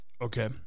Okay